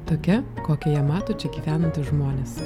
tokia kokią ją mato čia gyvenantys žmonės